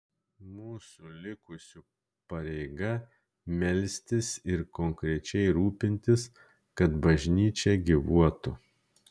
mūsų likusių pareiga melstis ir konkrečiai rūpintis kad bažnyčia gyvuotų